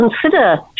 consider